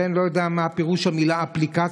הבן לא יודע מה פירוש המילה "אפליקציה",